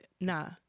Nah